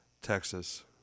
Texas